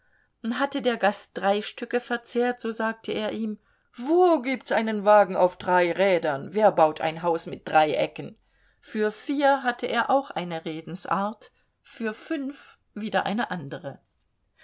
hatte der gast drei stücke verzehrt so sagte er ihm wo gibt's einen wagen auf drei rädern wer baut ein haus mit drei ecken für vier hatte er auch eine redensart für fünf wieder eine andere